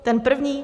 Ten první?